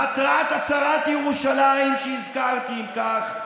מטרת הצהרת ירושלים שהזכרתי, אם כך,